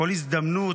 בכל הזדמנות,